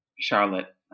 Charlotte